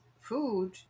food